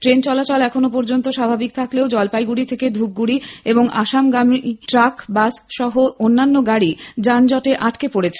train চলাচল এখনো পর্যন্ত স্বাভাবিক থাকলেও জলপাইগুড়ি থেকে ধূপগুড়ি এবং আসামগামী ট্রাক বাস সহ অন্যান্য গাড়ি যানজটে আটকে পড়েছে